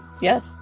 yes